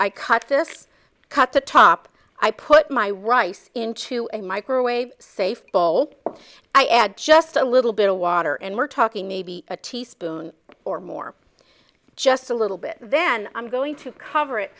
this cut the top i put my rice into a microwave safe bowl i add just a little bit of water and we're talking maybe a teaspoon or more just a little bit then i'm going to cover it